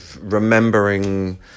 remembering